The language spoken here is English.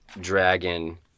dragon